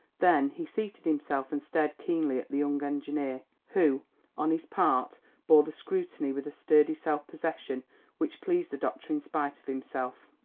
then he seated himself and stared keenly at the young engineer, who on his part bore the scrutiny with a sturdy self-possession which pleased the doctor in spite of himself.